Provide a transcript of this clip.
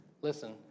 Listen